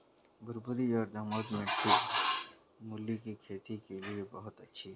भुरभुरी और दोमट मिट्टी मूली की खेती के लिए बहुत अच्छी है